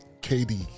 KD